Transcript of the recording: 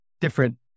different